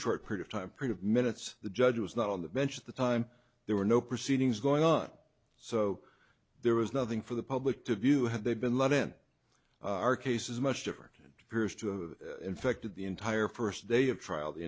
short period of time parade of minutes the judge was not on the bench at the time there were no proceedings going on so there was nothing for the public to view had they been let in our cases much different peers to have infected the entire first day of trial the